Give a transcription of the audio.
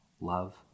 love